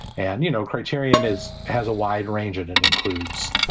and, you know, criterion is has a wide range it and includes,